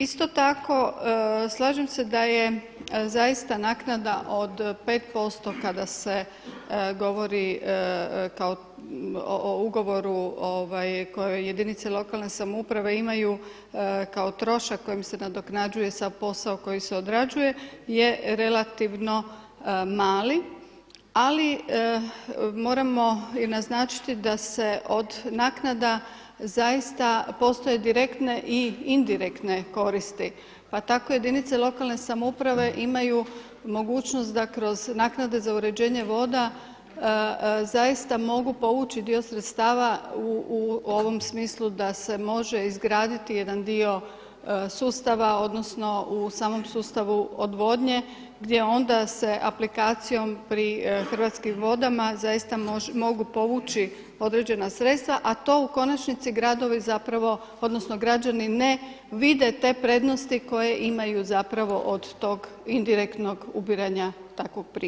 Isto tako slažem se da je zaista naknada od 5 posto kada se govori o ugovoru koje jedinice lokalne samouprave imaju kao trošak kojim se nadoknađuje sav posao koji se odrađuje je relativno mali, ali moramo i naznačiti da se od naknada, zaista postoje direktne i indirektne koristi, pa tako jedinice lokalne samouprave imaju mogućnost da kroz naknade za uređenje voda zaista mogu povući dio sredstava u ovom smislu da se može izgraditi jedan dio sustava odnosno u samom sustavu odvodnje gdje onda se aplikacijom pri Hrvatskim vodama zaista mogu povući određena sredstva, a to u konačnici gradovi zapravo, odnosno građani ne vide te prednosti koje imaju zapravo od tog indirektnog ubiranja takvog prihoda.